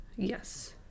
Yes